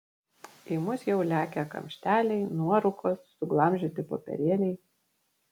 į mus jau lekia kamšteliai nuorūkos suglamžyti popierėliai